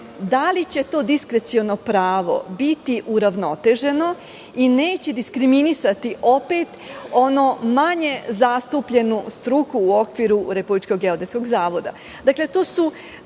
da li će to diskreciono pravo biti uravnoteženo i neće diskriminasati opet onu manje zastupljenu struku u okviru RGZ.Dakle, to